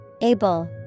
Able